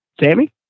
Sammy